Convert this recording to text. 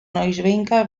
noizbehinka